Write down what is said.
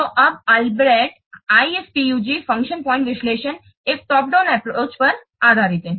तो यह Albrecht IFPUG function point विश्लेषण एक टॉप डाउन एप्रोच पर आधारित है